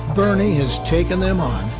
bernie has taken them on